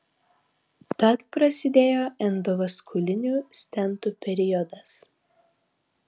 tad prasidėjo endovaskulinių stentų periodas